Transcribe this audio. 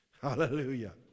Hallelujah